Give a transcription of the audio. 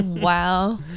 Wow